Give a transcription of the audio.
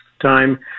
time